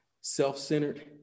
self-centered